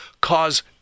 cause